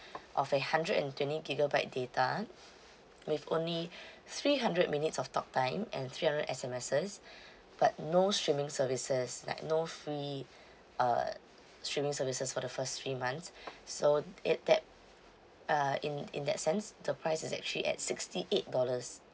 of a hundred and twenty gigabytes data with only three hundred minutes of talk time and three hundred S_M_Ses but no streaming services like no free uh streaming services for the first three months so it that uh in in that sense the price is actually at sixty eight dollar